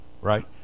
right